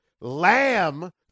Lamb